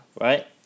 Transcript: right